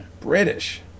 British